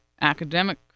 academic